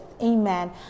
amen